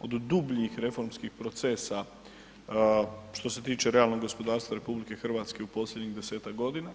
od dubljih reformskih procesa što se tiče realnog gospodarstva RH u posljednjih 10-tak godina.